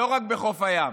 לא רק בחוף הים.